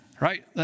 right